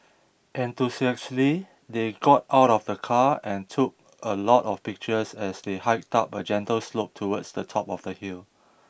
enthusiastically they got out of the car and took a lot of pictures as they hiked up a gentle slope towards the top of the hill